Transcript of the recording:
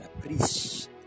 Please